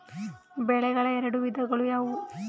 ಬೆಳೆಗಳ ಎರಡು ವಿಧಗಳು ಯಾವುವು?